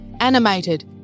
animated